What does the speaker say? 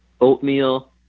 oatmeal